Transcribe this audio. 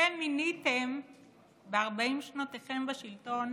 אתם מיניתם ב-40 שנותיכם בשלטון